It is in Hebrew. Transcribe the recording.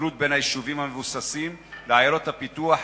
לבגרות בין היישובים המבוססים לעיירות הפיתוח,